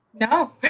no